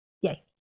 Yay